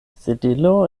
sedilo